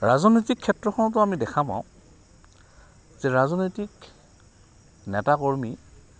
ৰাজনৈতিক ক্ষেত্ৰখনতো আমি দেখা পাওঁ যে ৰাজনৈতিক নেতাকৰ্মী